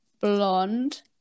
blonde